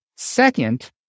Second